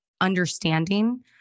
understanding